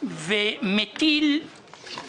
והוועדה הזאת צריכה לצאת